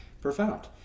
profound